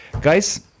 guys